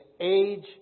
age